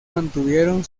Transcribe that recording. mantuvieron